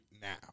now